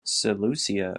seleucia